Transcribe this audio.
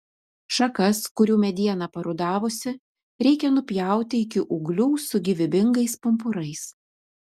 šakas kurių mediena parudavusi reikia nupjauti iki ūglių su gyvybingais pumpurais